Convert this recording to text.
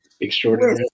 extraordinary